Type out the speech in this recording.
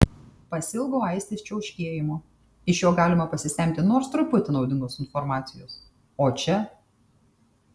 pasiilgau aistės čiauškėjimo iš jo galima pasisemti nors truputį naudingos informacijos o čia